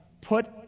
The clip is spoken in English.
put